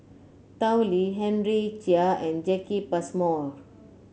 Tao Li Henry Chia and Jacki Passmore